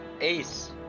Ace